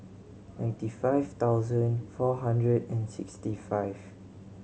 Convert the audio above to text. ninety five thousand four hundred and sixty five